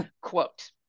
Quote